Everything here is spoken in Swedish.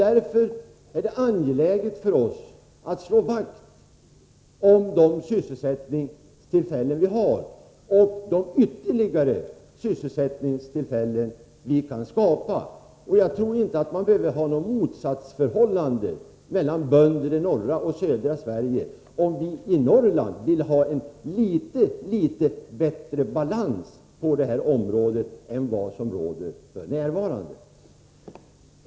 Därför är det angeläget för oss att slå vakt om de sysselsättningstillfällen vi har och de ytterligare sysselsättningstillfällen vi kan skapa. Jag tror inte att man behöver ha något motsatsförhållande mellan bönder i norra Sverige och bönder i södra Sverige om vi i Norrland vill ha en litet bättre balans på detta område än vi har f.n.